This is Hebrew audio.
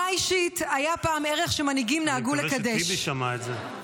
אני מקווה שטיבי שמע את זה.